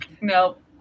Nope